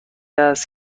است